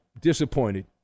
disappointed